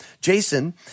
Jason